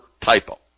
typo